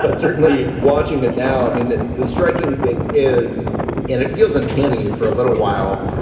but certainly watching it now, i mean, the striking thing is and it feels uncanny for a little while.